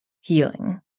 healing